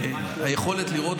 היא היכולת לראות,